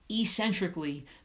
eccentrically